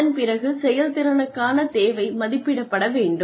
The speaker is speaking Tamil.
அதன் பிறகு செயல்திறனுக்கான தேவை மதிப்பிடப்பட வேண்டும்